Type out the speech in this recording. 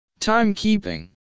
Timekeeping